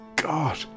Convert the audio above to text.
God